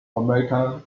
american